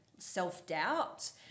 self-doubt